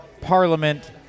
Parliament